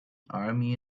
army